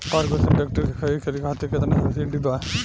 Ferguson tractor के खरीद करे खातिर केतना सब्सिडी बा?